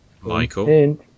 Michael